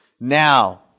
Now